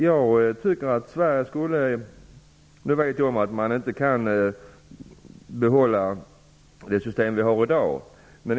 Nu vet jag om att vi inte kan behålla det system vi har i dag.